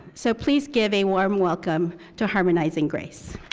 so please give a warm welcome to harmonizing grace.